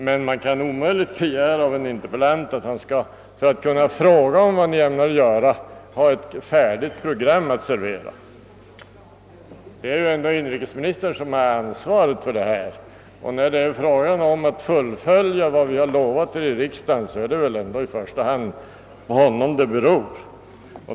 Det kan dock omöjligen begäras av en interpellant att denne för att få fråga om vad regeringen ämnar göra själv skall lägga fram ett färdigt program. Det är ändå inrikesministern som har ansvaret för dessa frågor, och för fullföljandet av de löften vi givit här i riksdagen.